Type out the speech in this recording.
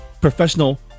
professional